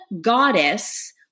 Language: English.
goddess